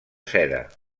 seda